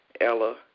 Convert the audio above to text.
Ella